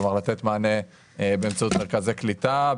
כלומר לתת מענה באמצעות מרכזי קליטה,